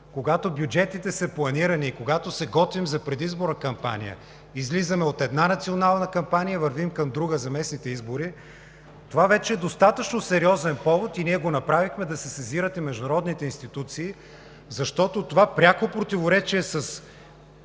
когато бюджетите са планирани, и се готвим за предизборна кампания – излизаме от една национална кампания и вървим към друга – за местните избори. Това вече е достатъчно сериозен повод и ние го направихме – да се сезират и международните институции, защото това пряко противоречие с